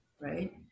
right